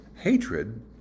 hatred